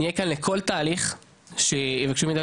נהיה כאן לכל תהליך שיבקשו מאיתנו